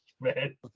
man